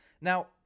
Now